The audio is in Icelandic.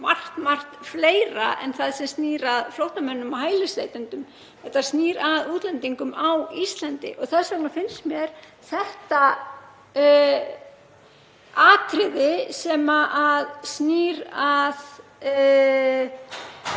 um margt fleira en það sem snýr að flóttamönnum og hælisleitendum. Þetta snýr að útlendingum á Íslandi. Þess vegna finnst mér þetta atriði sem snýr að